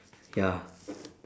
ya